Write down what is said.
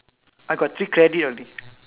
I got three credit already